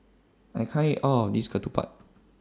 I can't eat All of This Ketupat